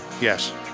Yes